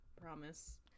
promise